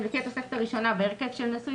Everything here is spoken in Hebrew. לפי התוספת הראשונה בהרכב של נשוי